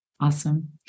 Awesome